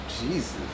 jesus